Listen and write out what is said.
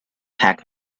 pac